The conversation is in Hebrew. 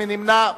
מי נמנע?